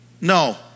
No